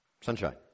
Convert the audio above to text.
Sunshine